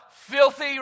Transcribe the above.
Filthy